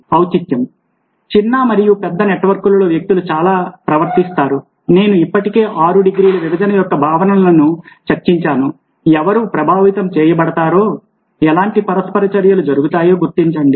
ఔచిత్యం చిన్న మరియు పెద్ద నెట్వర్క్లలో వ్యక్తులు ఎలా ప్రవర్తిస్తారు నేను ఇప్పటికే ఆరు డిగ్రీల విభజన యొక్క భావనలను చర్చించాను ఎవరు ప్రభావితం చేయబడతారో ఎలాంటి పరస్పర చర్యలు జరుగుతాయో గుర్తించండి